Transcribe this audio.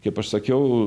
kaip aš sakiau